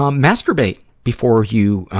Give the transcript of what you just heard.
um masturbate before you, ah,